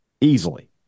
Easily